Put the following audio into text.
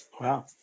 wow